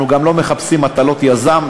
אנחנו גם לא מחפשים מטלות יזם.